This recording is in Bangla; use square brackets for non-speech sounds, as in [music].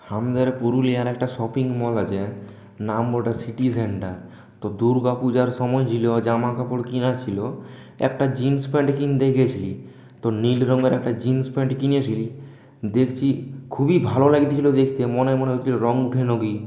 আমাদের পুরুলিয়ার একটা শপিং মল আছে নাম বটে সিটি সেন্টার তো দুর্গাপুজার সময় [unintelligible] জামাকাপড় কেনার ছিল একটা জিন্স প্যান্ট কিনতে গিয়েছিলাম তো নীল রঙের একটা জিন্স প্যান্ট কিনেছিলাম দেখছি খুবই ভালো লাগছিল দেখতে মনে মনে হচ্ছিল রং [unintelligible]